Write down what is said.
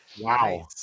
wow